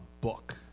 book